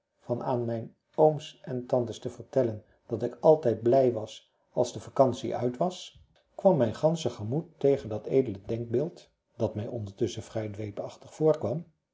van aan mijn ooms en tantes te vertellen dat ik altijd blij was als de vacantie uit was kwam mijn gansche gemoed tegen dat edel denkbeeld